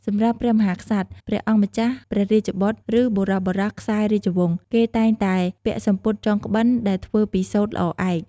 សម្រាប់ព្រះមហាក្សត្រ ព្រះអង្គម្ចាស់ ព្រះរាជបុត្រ ឬ បុរសៗខ្សែរាជវង្ស គេតែងតែពាក់់សំពត់ចងក្បិនដែលធ្វើពីសូត្រល្អឯក។